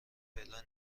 فعلا